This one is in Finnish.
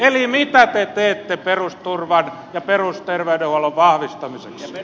eli mitä te teette perusturvan ja perusterveydenhuollon vahvistamiseksi